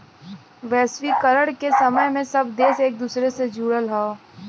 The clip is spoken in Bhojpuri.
वैश्वीकरण के समय में सब देश एक दूसरे से जुड़ल हौ